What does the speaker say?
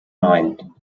nein